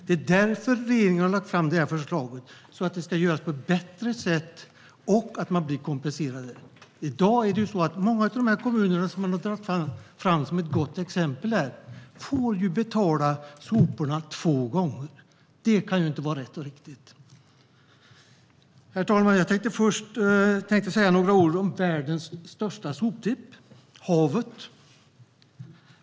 Det är därför regeringen har lagt fram det här förslaget - så att det görs på ett bättre sätt och kommunerna blir kompenserade. I dag är det ju så att många av kommunerna som man har hållit fram som ett gott exempel får betala soporna två gånger. Det kan ju inte vara rätt och riktigt. Herr talman! Jag tänkte säga några ord om världens största soptipp: havet.